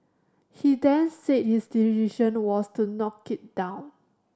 he then said his decision was to knock it down